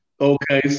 Okay